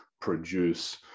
produce